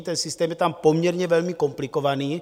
Ten systém je tam poměrně velmi komplikovaný.